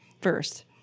first